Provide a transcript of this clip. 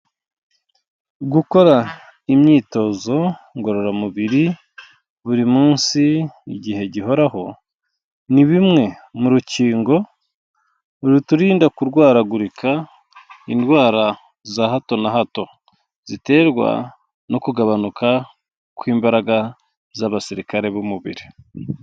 Gukora imyitozo ngororamubiri buri munsi igihe gihoraho, ni bimwe mu rukingo ruturinda kurwaragurika indwara za hato na hato, ziterwa no kugabanuka kw'imbaraga z'abasirikare b'umubiri.